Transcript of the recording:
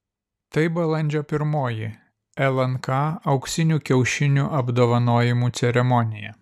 tai balandžio pirmoji lnk auksinių kiaušinių apdovanojimų ceremonija